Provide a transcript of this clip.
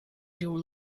you